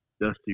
dusty